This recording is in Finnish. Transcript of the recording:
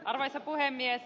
arvoisa puhemies